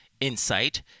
insight